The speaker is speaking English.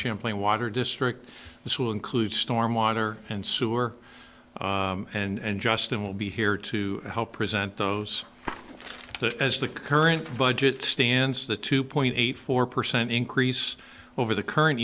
champlain water district this will include storm water and sewer and justin will be here to help present those as the current budget stance the two point eight four percent increase over the current